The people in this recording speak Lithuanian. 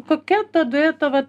kokia ta dueto va